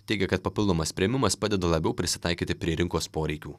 teigia kad papildomas priėmimas padeda labiau prisitaikyti prie rinkos poreikių